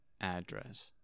address